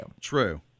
True